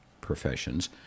professions